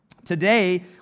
Today